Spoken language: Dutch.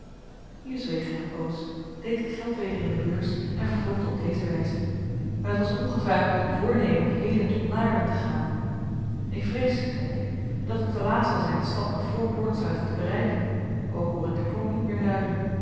hier zweeg hij een poos deed het geld weder in de beurs en vervolgde op deze wijze het was ongetwijfeld uw voornemen heden tot naarden te gaan ik vrees zeide ik dat het te laat zal zijn de stad nog voor poortsluiten te bereiken ook hoor ik de klok niet meer luiden